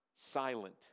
Silent